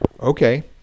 Okay